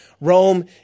Rome